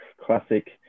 classic